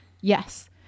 Yes